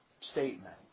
statement